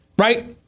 Right